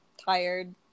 tired